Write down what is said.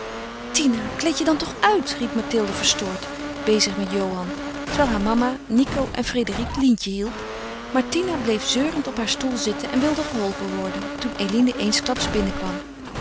tina kleed je dan toch uit riep mathilde verstoord bezig met johan terwijl haar mama nico en frédérique lientje hielp maar tina bleef zeurend op haar stoel zitten en wilde geholpen worden toen eline eensklaps binnenkwam